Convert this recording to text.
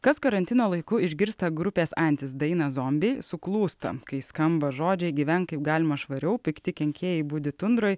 kas karantino laiku išgirsta grupės antis dainą zombiai suklūsta kai skamba žodžiai gyvenk kaip galima švariau pikti kenkėjai budi tundroj